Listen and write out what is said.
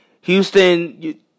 Houston